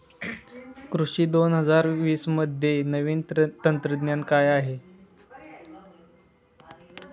कृषी दोन हजार वीसमध्ये नवीन तंत्रज्ञान काय आहे?